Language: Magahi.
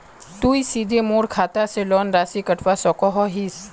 तुई सीधे मोर खाता से लोन राशि कटवा सकोहो हिस?